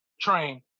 train